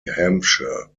hampshire